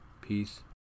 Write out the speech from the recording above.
Peace